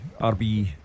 RB